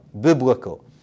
biblical